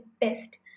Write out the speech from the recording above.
best